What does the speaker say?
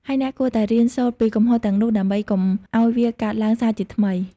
ហើយអ្នកគួរតែរៀនសូត្រពីកំហុសទាំងនោះ ដើម្បីកុំឱ្យវាកើតឡើងសាជាថ្មី។